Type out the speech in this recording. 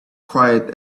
quiet